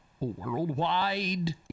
worldwide